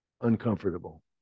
Uncomfortable